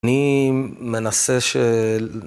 אני מנסה של...